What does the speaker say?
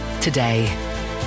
today